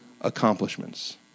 accomplishments